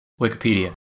Wikipedia